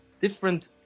different